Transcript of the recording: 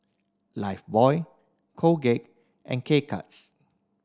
Lifebuoy Colgate and K Cuts